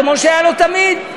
כמו שהיה לו תמיד,